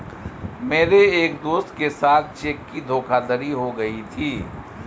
मेरे एक दोस्त के साथ चेक की धोखाधड़ी हो गयी थी